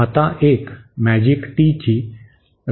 आता एक मॅजिक टीची रचना ही अशी आहे